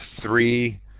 three